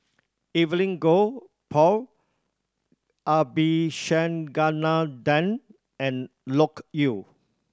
Evelyn Goh Paul Abisheganaden and Loke Yew